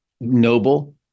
noble